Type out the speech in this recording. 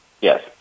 Yes